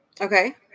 Okay